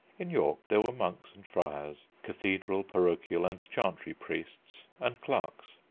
in york, there were monks and friars, cathedral, parochial, and chantry priests, and clerks.